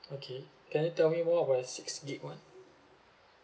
okay can you tell me more about the six gig one